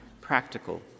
practical